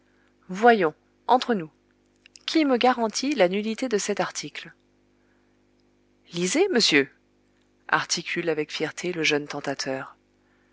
voyons entre nous qui me garantit la nullité de cet article lisez monsieur articule avec fierté le jeune tentateur